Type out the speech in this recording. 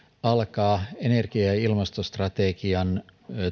alkaa energia ja ja ilmastostrategian